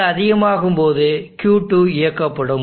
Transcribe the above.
இது அதிகமாகும் போது Q2 இயக்கப்படும்